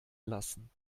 lassen